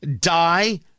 die